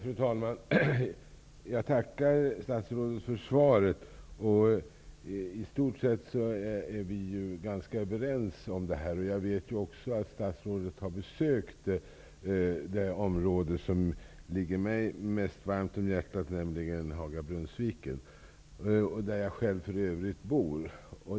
Fru talman! Jag tackar statsrådet för svaret. I stort sett är vi ju ganska överens om det här. Jag vet också att statsrådet har besökt det område som ligger mig mest varmt om hjärtat, nämligen Haga Brunnsviken, där jag själv för övrigt bor.